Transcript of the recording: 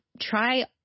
try